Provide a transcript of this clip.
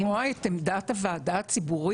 זה נקרא לשמוע את עמדת הוועדה הציבורית